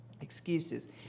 excuses